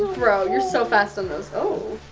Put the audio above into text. bro, you're so fast on those. okay,